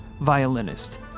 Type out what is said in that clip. violinist